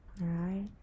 right